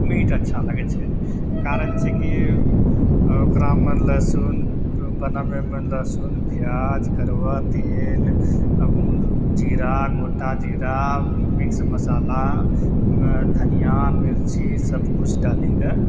meat अच्छा लगय छै कारण छै कि ओकरामे लहसुन बनाबयमे लहसुन प्याज कड़ुआ तेल जीरा गोटा जीरा मिक्स मसाला धनिया मिरची सबकिछु डालिके